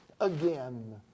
again